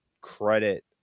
credit